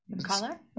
color